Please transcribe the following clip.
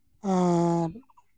ᱟᱨ